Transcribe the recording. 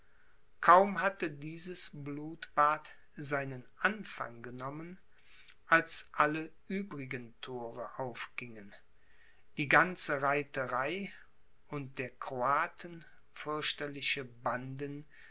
kaum hatte dieses blutbad seinen anfang genommen als alle übrigen thore aufgingen die ganze reiterei und der croaten fürchterliche banden